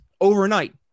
overnight